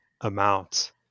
amounts